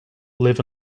live